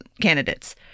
candidates